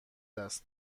است